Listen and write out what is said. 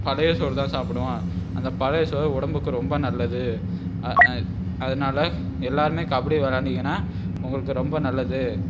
பழைய சோறு தான் சாப்பிடுவோம் அந்த பழைய சோறு உடம்புக்கு ரொம்ப நல்லது அதனால எல்லோருமே கபடி விளையாண்டிங்கன்னா உங்களுக்கு ரொம்ப நல்லது